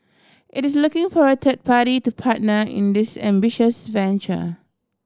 it is looking for a third party to partner in this ambitious venture